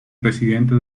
presidente